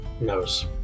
knows